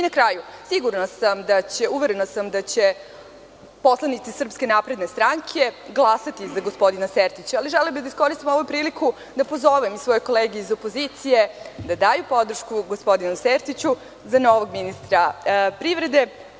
Na kraju, sigurna sam, odnosno uverena sam da će poslanici SNS glasati za gospodina Sertića, ali želela bih da iskoristim ovu priliku da pozovem si svoje kolege iz opozicije da daju podršku gospodinu Sertiću za novog ministra privrede.